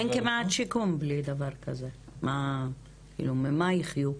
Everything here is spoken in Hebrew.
אין כמעט שיקום בלי דבר כזה, ממה יחיו?